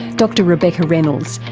dr rebecca reynolds,